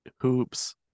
hoops